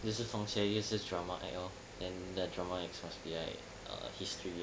就是放些 drama act orh then the drama must be like history